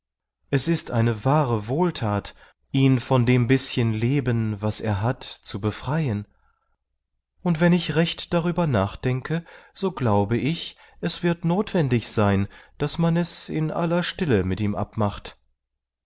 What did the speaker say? es ist eine wahre wohlthat ihn von dem bißchen leben was er hat zu befreien und wenn ich recht darüber nachdenke so glaube ich es wird notwendig sein daß man es in aller stille mit ihm abmacht